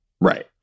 Right